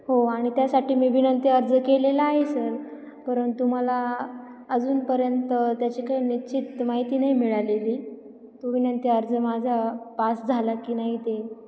हो आणि त्यासाठी मी विनंती अर्ज केलेला आहे सर परंतु मला अजूनपर्यंत त्याची काही निश्चित माहिती नाही मिळालेली तो विनंती अर्ज माझा पास झाला की नाही ते